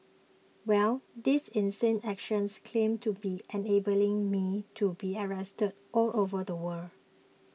well this insane actions claim to be enabling me to be arrested all over the world